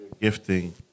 gifting